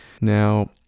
Now